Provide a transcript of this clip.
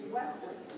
Wesley